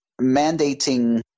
mandating